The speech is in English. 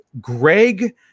greg